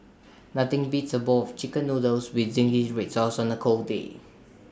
nothing beats A bowl of Chicken Noodles with Zingy Red Sauce on A cold day